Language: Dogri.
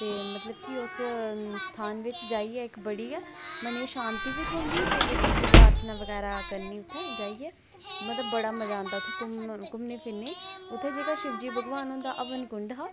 ते मतलब कि उस स्थान बिच्च जाइयै इक बड़ी गै मनै दी शांति बी थ्होंदी ते जेह्की पूजा अर्चना बगैरा करनी उत्थै जाइयै मतलब बड़ा मज़ा आंदा उत्थै घूमने फिरने ई उत्थै जेह्का शिवजी भगवान होंदा हवन कुंड हा